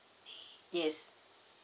yes